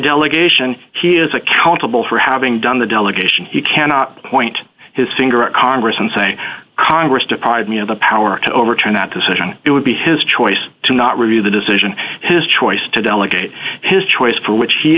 delegation he is accountable for having done the delegation he cannot point his finger at congress and say congress deprive me of the power to overturn that decision it would be his choice to not review the decision his choice to delegate his choice for which he